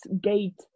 gate